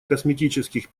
косметических